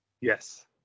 Yes